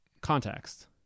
context